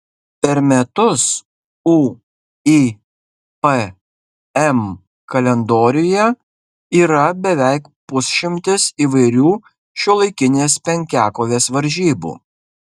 per metus uipm kalendoriuje yra beveik pusšimtis įvairių šiuolaikinės penkiakovės varžybų